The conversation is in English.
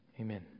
Amen